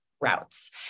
routes